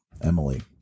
Emily